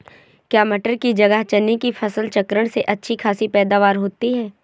क्या मटर की जगह चने की फसल चक्रण में अच्छी खासी पैदावार होती है?